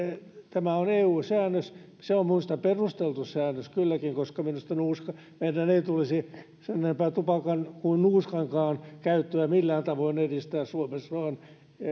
tämä on eun säännös se on minusta perusteltu säännös kylläkin koska minusta meidän ei tulisi sen enempää tupakan kuin nuuskankaan käyttöä millään tavoin edistää suomessa se on